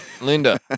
Linda